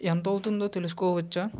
ఎంత అవుతుందో తెలుసుకోవచ్చా